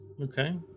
Okay